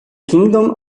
kingdom